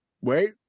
Wait